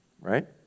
right